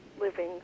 living